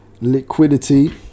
liquidity